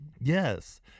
Yes